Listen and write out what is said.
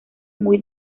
muy